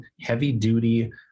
heavy-duty